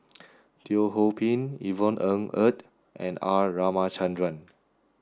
Teo Ho Pin Yvonne Ng Uhde and R Ramachandran